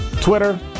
Twitter